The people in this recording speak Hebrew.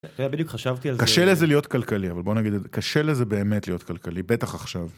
אתה יודע בדיוק חשבתי על זה, קשה לזה להיות כלכלי אבל בוא נגיד קשה לזה באמת להיות כלכלי בטח עכשיו.